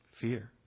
fear